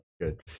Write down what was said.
good